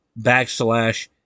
backslash